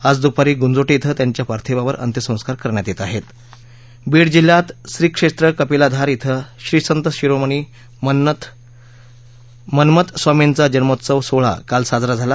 आज दूपारी गुंजोटी यध्यव्यिंच्या पार्थिवावर अंत्यसंकार करण्यात येत आहत्त बीड जिल्ह्यात श्री क्षद्वकपिलधार इथंश्रीसंत शिरोमणी मन्मथ स्वामींचा जन्मोत्सव सोहळा काल साजरा झाला